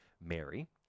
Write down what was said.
Mary